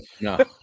No